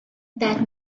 that